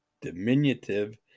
diminutive